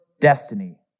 destiny